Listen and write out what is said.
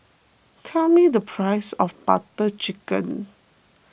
tell me the price of Butter Chicken